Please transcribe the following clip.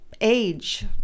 age